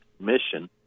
mission